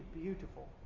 beautiful